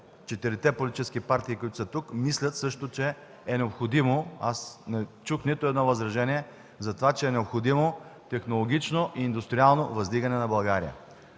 четирите политически партии, които са тук, мислят, че е необходимо. Аз не чух нито едно възражение, че е необходимо технологично и индустриално въздигане на България.